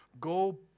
go